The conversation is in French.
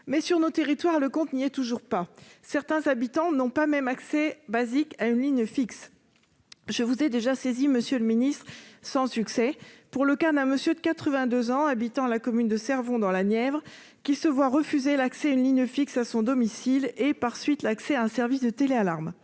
dans nos territoires, le compte n'y est toujours pas. Certains habitants ne disposent même pas de l'accès de base à une ligne fixe. Je vous ai déjà saisi sans succès, monsieur le secrétaire d'État, du cas d'un monsieur de 82 ans habitant la commune de Cervon, dans la Nièvre, qui se voit refuser l'accès à une ligne fixe à son domicile et, par suite, l'accès à un service de téléalarme.